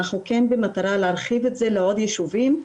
אנחנו כן במטרה להרחיב את זה לעוד יישובים.